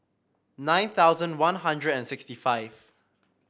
nine thousand One Hundred and sixty five